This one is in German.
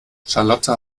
charlotte